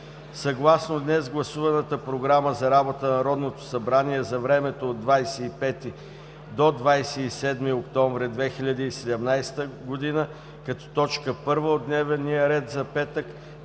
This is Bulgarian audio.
Съгласно днес гласуваната програма за работа на Народното събрание за времето 25 – 27 октомври 2017 г., като т. 1 от дневния ред за петък,